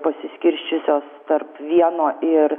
pasiskirsčiusios tarp vieno ir